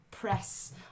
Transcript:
press